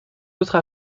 autres